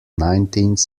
nineteenth